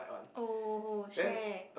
oh shag